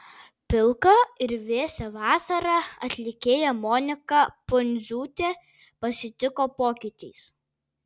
pilką ir vėsią vasarą atlikėja monika pundziūtė pasitiko pokyčiais